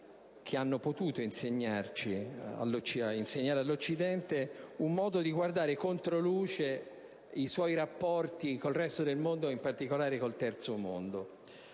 che hanno potuto insegnare all'Occidente un modo di guardare in controluce i suoi rapporti con il resto del mondo, e in particolare con il Terzo mondo.